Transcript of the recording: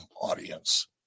audience